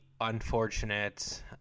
unfortunate